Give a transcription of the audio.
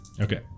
Okay